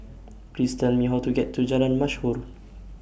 Please Tell Me How to get to Jalan Mashhor